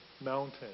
Mountain